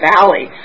Valley